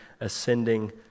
ascending